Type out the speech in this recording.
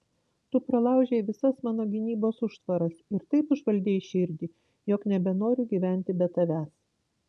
tu pralaužei visas mano gynybos užtvaras ir taip užvaldei širdį jog nebenoriu gyventi be tavęs